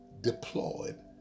deployed